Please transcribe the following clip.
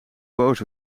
boos